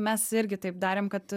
mes irgi taip darėm kad